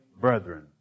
brethren